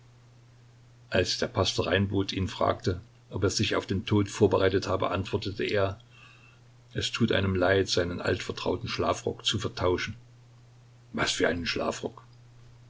als der pastor reinbot ihn fragte ob er sich auf den tod vorbereitet habe antwortete er es tut einem leid seinen altvertrauten schlafrock zu vertauschen was für einen schlafrock